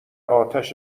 آتش